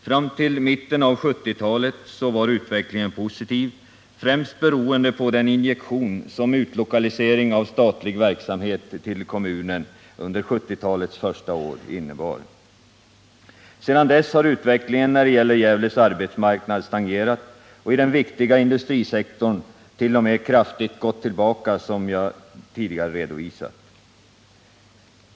Fram till mitten av 1970-talet var utvecklingen positiv, främst beroende på den injektion som utlokaliseringen av statlig verksamhet till kommunen under 1970-talets första år innebar. Sedan dess har utvecklingen när det gäller Gävles arbetsmarknad emellertid stagnerat och i den viktiga industrisektorn t.o.m. kraftigt gått tillbaka, såsom jag tidigare redovisat.